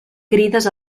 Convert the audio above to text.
crides